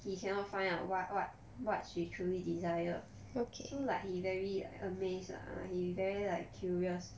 he cannot find out what what what she truly desire so like he very amazed lah he very like curious